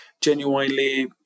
genuinely